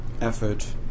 effort